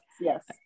yes